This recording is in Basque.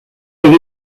egin